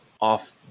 off